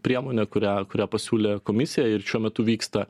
priemonė kurią kurią pasiūlė komisija ir šiuo metu vyksta